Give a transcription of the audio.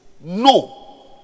no